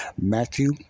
Matthew